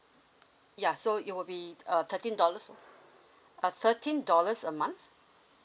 ya so it will be uh thirty dollars uh thirteen dollars a month